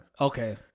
Okay